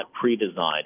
pre-designed